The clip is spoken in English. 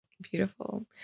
Beautiful